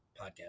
podcast